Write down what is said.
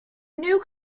new